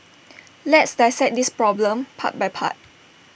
let's dissect this problem part by part